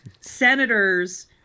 senators